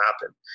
happen